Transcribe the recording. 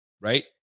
right